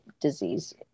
disease